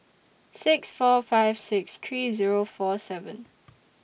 six four five six three Zero four seven